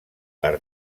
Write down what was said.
per